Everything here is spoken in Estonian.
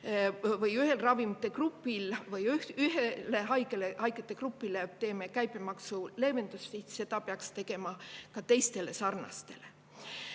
või ravimitegrupil või ühele haigetegrupile teeme käibemaksuleevenduse, siis seda peaks tegema ka teiste sarnaste